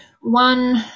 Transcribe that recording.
one